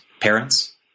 parents